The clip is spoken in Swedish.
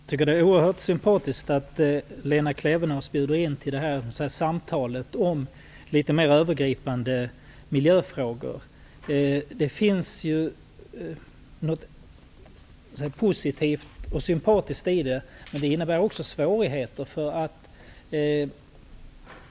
Fru talman! Det är oerhört sympatiskt att Lena Klevenås inbjuder till detta samtal om litet mer övergripande miljöfrågor, men det innebär också svårigheter.